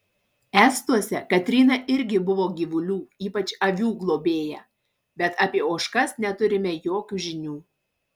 estuose katryna irgi buvo gyvulių ypač avių globėja bet apie ožkas neturime jokių žinių